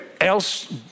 else